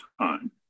time